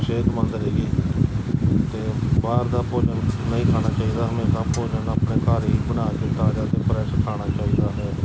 ਸਿਹਤਮੰਦ ਰਹੀਏ ਅਤੇ ਬਾਹਰ ਦਾ ਭੋਜਨ ਨਹੀਂ ਖਾਣਾ ਚਾਹੀਦਾ ਹਮੇਸ਼ਾ ਭੋਜਨ ਆਪਣੇ ਘਰ ਹੀ ਬਣਾ ਕੇ ਤਾਜ਼ਾ ਅਤੇ ਫਰੈਸ਼ ਖਾਣਾ ਚਾਹੀਦਾ ਹੈ